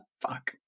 Fuck